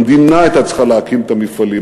המדינה הייתה צריכה להקים את המפעלים,